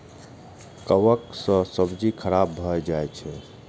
कवक सं सब्जी खराब भए जाइ छै